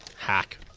Hack